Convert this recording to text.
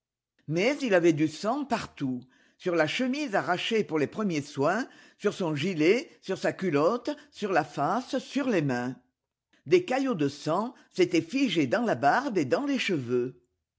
mais il avait du sang partout sur la chemise arrachée pour les premiers soins sur son gilet sur sa culotte sur la face sur les mains des caillots de sang s'étaient figés dans la barbe et dans les cheveux